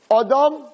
Adam